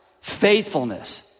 faithfulness